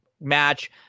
match